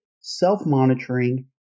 self-monitoring